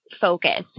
focus